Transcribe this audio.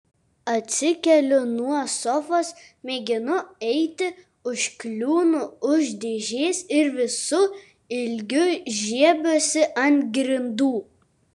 atsikeliu nuo sofos mėginu eiti užkliūnu už dėžės ir visu ilgiu žiebiuosi ant grindų